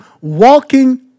walking